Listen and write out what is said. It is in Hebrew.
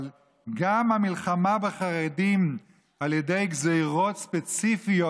אבל גם המלחמה בחרדים על ידי גזרות ספציפיות